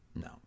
no